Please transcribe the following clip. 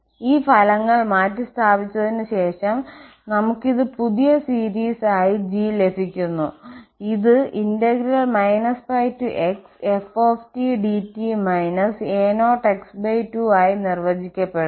ഈ ഫലങ്ങൾ മാറ്റിസ്ഥാപിച്ചതിനുശേഷം നമുക്ക് ഇത് പുതിയ സീരീസ് ആയി g ലഭിക്കുന്നു ഇത് πxf dt a0x2 ആയി നിർവചിക്കപ്പെടുന്നു